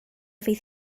fydd